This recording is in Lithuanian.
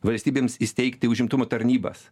valstybėms įsteigti užimtumo tarnybas